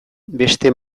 beste